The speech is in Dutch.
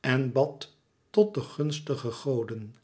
en bad tot de gunstige goden